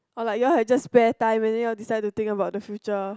or like you all have just spare time and then you all decided to think about the future